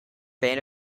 band